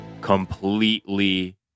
completely